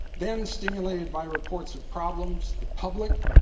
then, stimulated by reports of problems, the public,